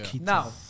Now